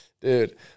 Dude